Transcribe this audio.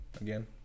again